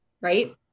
Right